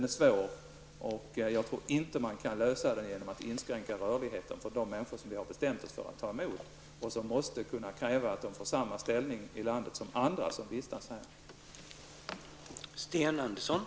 De är komplicerade, och jag tror inte att man kan lösa dem genom att inskränka rörligheten för de människor som vi har bestämt oss för att ta emot. De måste kunna kräva att få samma ställning i landet som andra människor som vistas här.